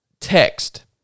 text